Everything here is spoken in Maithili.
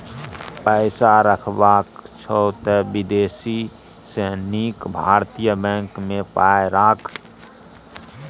पैसा रखबाक छौ त विदेशी सँ नीक भारतीय बैंक मे पाय राख